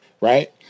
right